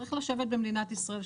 שצריך לשבת במדינת ישראל,